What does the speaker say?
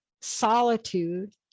solitude